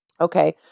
Okay